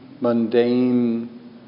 mundane